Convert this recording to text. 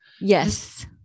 Yes